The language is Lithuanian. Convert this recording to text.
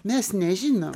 mes nežinom